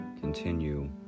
continue